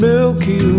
Milky